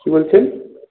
কী বলছেন